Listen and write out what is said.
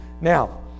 Now